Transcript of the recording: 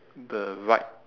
the right